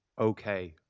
okay